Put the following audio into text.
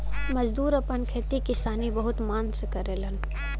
मजदूर आपन खेती किसानी बहुत मन से करलन